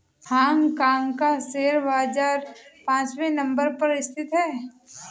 Hong Kong का share बाजार पांचवे नम्बर पर स्थित है